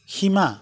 সীমা